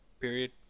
period